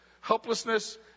helplessness